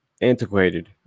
antiquated